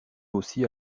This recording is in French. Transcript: aussi